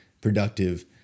productive